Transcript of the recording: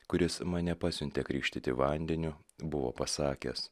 kuris mane pasiuntė krikštyti vandeniu buvo pasakęs